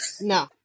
No